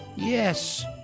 Yes